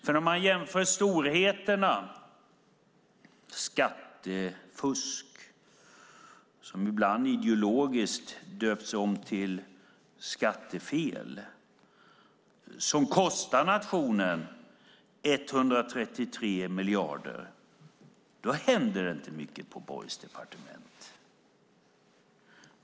När man tittar på storheten skattefusk, som ibland ideologiskt döps om till skattefel, som kostar nationen 133 miljarder, händer inte mycket på Borgs departement.